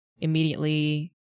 immediately